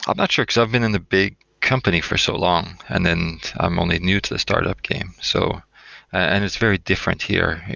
i'm not sure, because i've been in the big company for so long, and then i'm only new to the startup game, so and it's very different here.